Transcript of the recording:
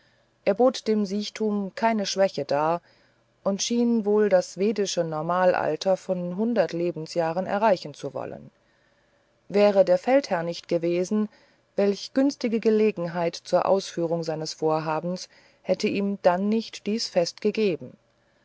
er bot dem siechtum keine schwäche dar und schien wohl das vedische normalalter von hundert lebensjahren erreichen zu sollen wäre der feldherr nicht gewesen welch günstige gelegenheit zur ausführung seines vorhabens hätte ihm dann nicht dies fest gegeben